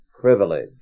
privilege